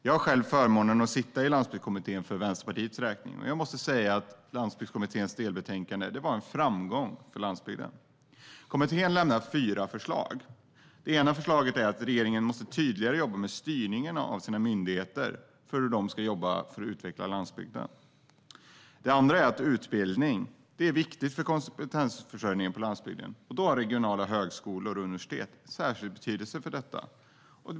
Jag har själv förmånen att sitta i Landsbygdskommittén för Vänsterpartiets räkning. Jag måste säga att Landsbygdskommitténs delbetänkande var en framgång för landsbygden. Kommittén lämnade fyra förslag. Det första förslaget är att regeringen måste jobba tydligare med styrningen av sina myndigheter och hur de ska jobba för att utveckla landsbygden. Det andra förslaget gäller att utbildning är viktig för kompetensförsörjningen på landsbygden. Regionala högskolor och universitet har särskild betydelse för detta.